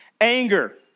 Anger